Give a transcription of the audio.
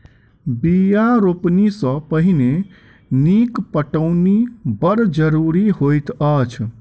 बीया रोपनी सॅ पहिने नीक पटौनी बड़ जरूरी होइत अछि